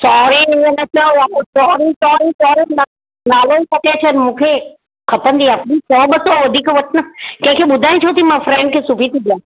sorry ईअ न चओ यारु सॉरी सॉरी सॉरी नालो मटे छॾ मूंखे खपंदी आहे सौ ॿ सौ वधीक वठ न कंहिंखे ॿुधाइ छोती मां फ्रैंड खे सुबी थी ॾेआं